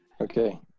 Okay